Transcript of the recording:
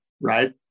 Right